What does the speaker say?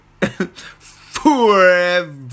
Forever